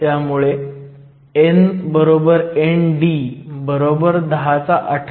त्यामुळे nND 1018